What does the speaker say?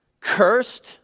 cursed